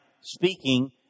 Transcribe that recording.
speaking